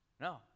No